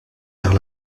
vers